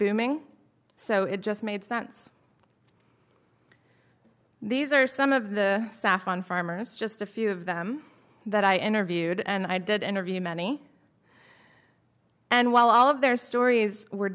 booming so it just made sense these are some of the staff on farmers just a few of them that i interviewed and i did interview many and while all of their stories were